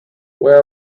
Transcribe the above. where